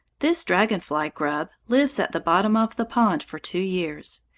this dragon-fly grub lives at the bottom of the pond for two years.